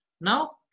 now